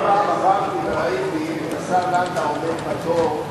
פעם עברתי וראיתי את השר לנדאו עומד בתור